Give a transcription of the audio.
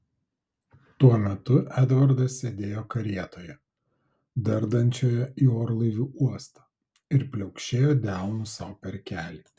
tuo metu edvardas sėdėjo karietoje dardančioje į orlaivių uostą ir pliaukšėjo delnu sau per kelį